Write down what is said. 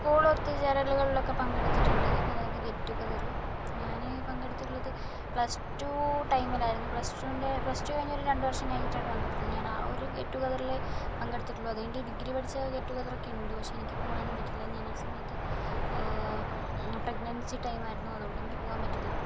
school ഒത്തുചേരലുകളിലോക്കെ പങ്കെടുത്തിട്ടുണ്ട് അതായത് ഗെറ്റ് ടുഗെദർ ഞാൻ പങ്കെടുത്തിട്ടുള്ളത് പ്ലസ് ടു ടൈമിൽ ആയിരുന്നു പ്ലസ് ടുവിന്റെ പ്ലസ് ടു കഴിഞ്ഞു ഒരു രണ്ടു വർഷം കഴിഞ്ഞിട്ടാണ് പങ്കെടുത്തത് ഞാൻ ആ ഒരു ഗെറ്റ് ടുഗെദറിലേ പങ്കെടുത്തിട്ടുള്ളൂ അത് കഴിഞ്ഞിട്ട് ഡിഗ്രി പഠിച്ച് ഗെറ്റ് ടുഗെദർ ഒക്കെ ഉണ്ട് പക്ഷേ എനിക്ക് പോകാൻ ഒന്നും പറ്റിയില്ല ഞാൻ ആ സമയത് പ്രെഗ്നൻസി ടൈം ആയിരുന്നു അതുകൊണ്ട് എനിക്ക് പോകാൻ പറ്റിയില്ല